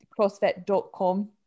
crossfit.com